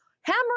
Hammer